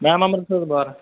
ma'am Amritsar ਤੋਂ ਬਾਹਰ